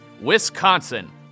Wisconsin